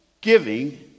giving